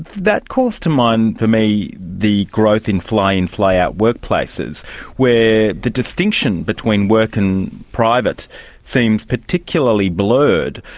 that calls to mind for me the growth in fly in, fly out workplaces where the distinction between work and private seems particularly blurred.